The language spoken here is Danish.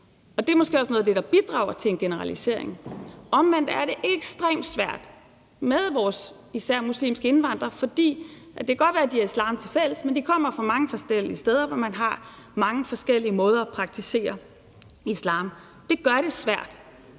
Det er måske også det, der bidrager til en generalisering. Omvendt er det ekstremt svært med vores især muslimske indvandrere, for det kan godt være, de har islam tilfælles, men de kommer fra mange forskellige steder, hvor man har mange forskellige måder at praktisere islam på. Det gør det svært,